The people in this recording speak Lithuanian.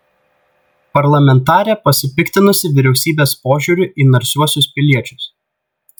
parlamentarė pasipiktinusi vyriausybės požiūriu į narsiuosius piliečius